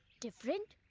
different.